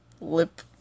lip